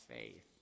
faith